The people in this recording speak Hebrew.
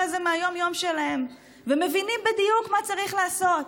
הזה מהיום-יום שלהם ומבינים בדיוק מה צריך לעשות,